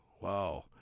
Wow